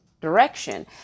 direction